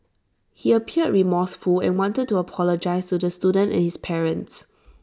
he appeared remorseful and wanted to apologise to the student and his parents